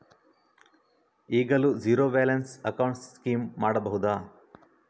ಈಗಲೂ zero balance account scheme ಮಾಡಬಹುದಾ?